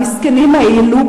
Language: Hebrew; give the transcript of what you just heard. והמסכנים האלו,